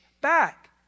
back